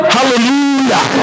Hallelujah